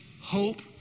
hope